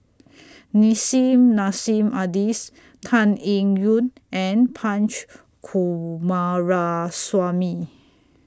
Nissim Nassim Adis Tan Eng Yoon and Punch Coomaraswamy